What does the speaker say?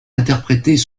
interprétés